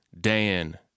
Dan